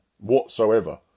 Whatsoever